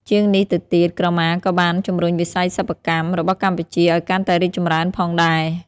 ជាងនេះទៅទៀត ក្រមាក៏បាន ជំរុញវិស័យសិប្បកម្ម របស់កម្ពុជាឲ្យកាន់តែរីកចម្រើនផងដែរ។